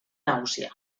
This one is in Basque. nagusia